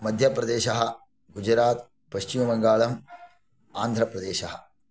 मध्यप्रदेशः गुजरात् पश्चिमबङ्गालं आन्ध्रप्रदेशः